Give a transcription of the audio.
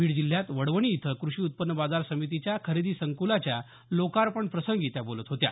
बीड जिल्ह्यात वडवणी इथं कृषी उत्पन्न बाजार समितीच्या खरेदी संकुलाच्या लोकार्पण प्रसंगी त्या बोलत होत्या